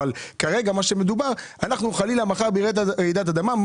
אבל עכשיו השאלה היא מה עושים מחר אם חלילה יש רעידת אדמה.